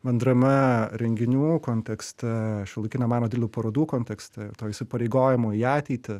bendrame renginių kontekste šiuolaikiniam meno didelių parodų kontekste to įsipareigojimo į ateitį